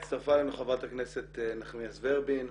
הצטרפה אלינו חברת הכנסת נחמיאס ורבין.